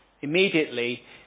Immediately